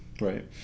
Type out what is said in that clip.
Right